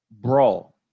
brawl